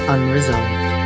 Unresolved